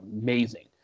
amazing